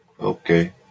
Okay